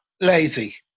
lazy